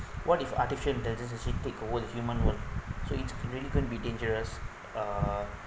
what if artificial intelligent actually take over the human work so it's really could be dangerous uh